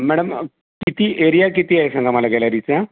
madam किती area किती आहे सांगा मला गॅलरीचा